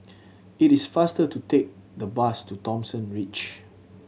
it is faster to take the bus to Thomson Ridge